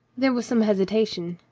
there was some hesitation.